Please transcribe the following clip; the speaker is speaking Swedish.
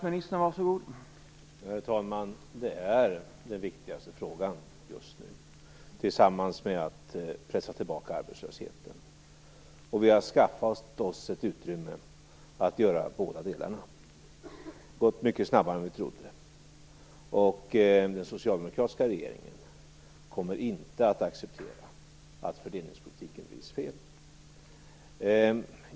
Herr talman! Det är den viktigaste frågan just nu, tillsammans med att pressa tillbaka arbetslösheten. Vi har skaffat oss ett utrymme att göra båda delarna. Det har gått mycket snabbare än vi trodde. Den socialdemokratiska regeringen kommer inte att acceptera att fördelningspolitiken vrids fel.